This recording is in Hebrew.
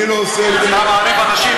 אני לא עושה את זה, אתה מעליב אנשים?